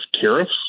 tariffs